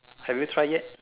have you tried yet